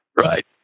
right